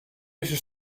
dizze